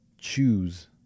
choose